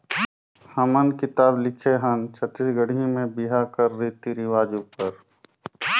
हमन किताब लिखे हन छत्तीसगढ़ी में बिहा कर रीति रिवाज उपर